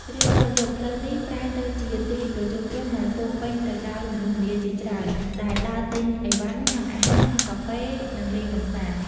រៀងរាល់យប់ ផ្លូវនេះប្រែទៅជាទីប្រជុំជនដែលពោរពេញទៅដោយមនុស្សម្នាជាច្រើនដែលដើរទិញអីវ៉ាន់ ញ៉ាំអាហារ ផឹកកាហ្វេ និងលេងកម្សាន្ត។